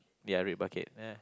they are red bucket ya